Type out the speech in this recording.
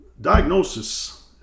Diagnosis